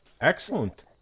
excellent